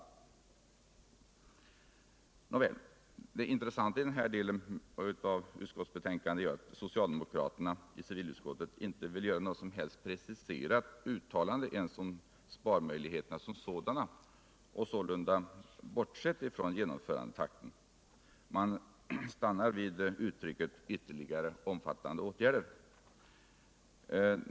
Fredagen den Nåväl — det intressanta i den här delen av utskottsbetänkandet är att 26 maj 1978 socialdemokraterna i civilutskottet inte vill göra något som helst preciserat uttalande ens om sparmöjligheterna som sådana och sålunda har bortsett från genomförandetakten. Man stannar vid uttrycket ”ytterligare omfattande åtgärder”.